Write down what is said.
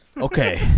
Okay